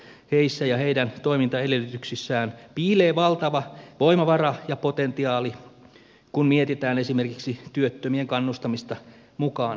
heissä ja heidän toimintaedellytyksissään piilee valtava voimavara ja potentiaali kun mietitään esimerkiksi työttömien kannustamista mukaan työelämään